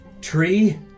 tree